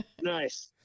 nice